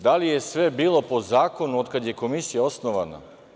Da li je sve bilo po zakonu od kada je Komisija osnovana?